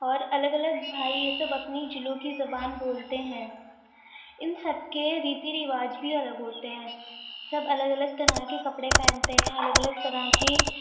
اور الگ الگ بھائی یہ سب اپنی ضلعوں کی زبان بولتے ہیں ان سب کے ریتی رواج بھی الگ ہوتے ہیں سب الگ الگ طرح کے کپڑے پہنتے ہیں الگ الگ طرح کی